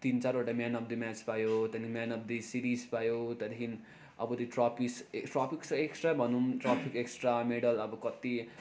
तिन चारवटा man of the match पायो त्यहाँदेखि म्यान अफ द सिरिज पायो त्यहाँदेखि अब त्यो ट्रपिज ट्रपिज त एक्स्ट्रा भनौँ ट्रपिज एक्स्ट्रा मेडल अब कति